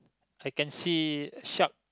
I can see shark